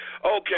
Okay